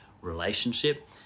relationship